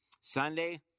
Sunday